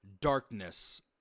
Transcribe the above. Darkness